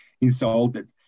insulted